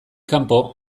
kanpo